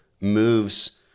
moves